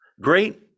Great